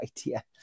idea